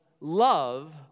love